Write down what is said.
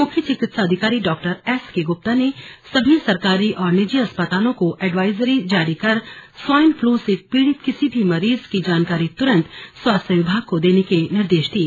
मुख्य चिकित्साधिकारी डॉ एसके गुप्ता ने सभी सरकारी और निजी अस्पतालों को एडवाइजरी जारी कर स्वाइन फ्लू से पीड़ित किसी भी मरीज की जानकारी तुरंत स्वास्थ्य विभाग को देने के निर्देश दिए